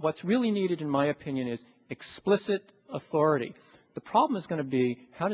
what's really needed in my opinion is explicit authority the problem is going to be how